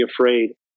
afraid